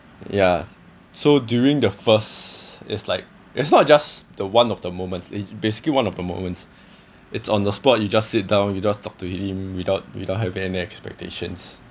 ya so during the first it's like it's not a just the one of the moments it's basically one of the moments it's on the spot you just sit down you just talk to him without without having any expectations